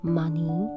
money